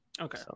Okay